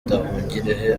nduhungirehe